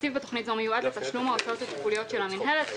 התקציב בתוכנית זו מיועד לתשלום ההוצאות התפעוליות של המינהלת,